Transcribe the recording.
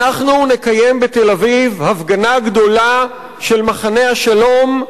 אנחנו נקיים בתל-אביב הפגנה גדולה של מחנה השלום,